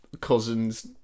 cousin's